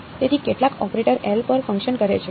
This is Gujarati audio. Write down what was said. તેથી કેટલાક ઓપરેટર L પર ફંકશન કરે છે